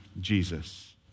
Jesus